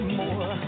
more